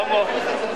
תודה רבה.